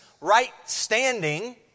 right-standing